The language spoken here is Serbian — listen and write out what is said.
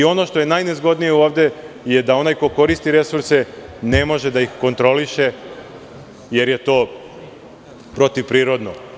Ono što je najnezgodnije ovde je da onaj ko koristi resurse ne može da ih kontroliše, jer je to protivprirodno.